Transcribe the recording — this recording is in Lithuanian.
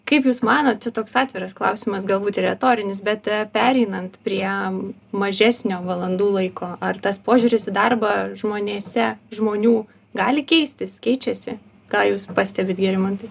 kaip jūs manot čia toks atviras klausimas galbūt ir retorinis bet pereinant prie mažesnio valandų laiko ar tas požiūris į darbą žmonėse žmonių gali keistis keičiasi ką jūs pastebit gerimantai